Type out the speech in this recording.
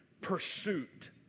pursuit